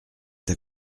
t’a